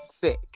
sick